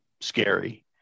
scary